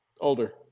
Older